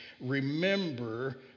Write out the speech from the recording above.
Remember